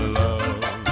love